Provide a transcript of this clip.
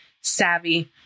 savvy